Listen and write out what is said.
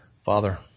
father